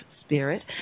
Spirit